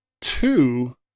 two